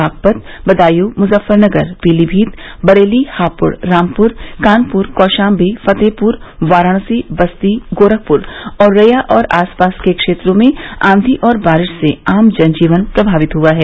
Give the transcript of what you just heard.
बागपत बदायूँ मुजफ्फरनगर पीलीभीत बरेली हापुड़ रामपुर कानपुर कौशाम्बी फतेहपुर वाराणसी बस्ती गोरखपुर औरैया और आसपास के क्षेत्रों में आँधी और बारिश से आम जनजीवन प्रभावित हुआ है